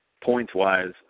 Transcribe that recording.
Points-wise